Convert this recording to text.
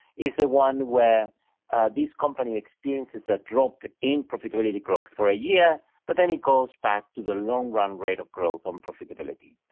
is the one where this company experiences a drop in profitability growth for a year but then it goes back to the long-run rate of growth on profitability.